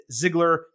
Ziggler